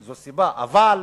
זו הסיבה, זו סיבה, אבל